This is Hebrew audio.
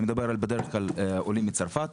אני מדבר על בדרך כלל עולים מצרפת,